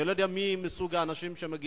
אני לא יודע מה סוג האנשים שמגיעים,